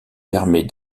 permet